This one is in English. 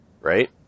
right